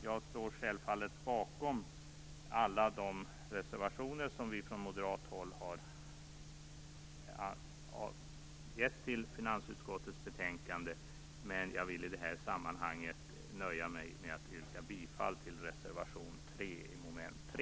Jag står självfallet bakom alla reservationer från moderat håll som finns i finansutskottets betänkande, men jag nöjer mig med att yrka bifall till reservation 3 under mom. 3.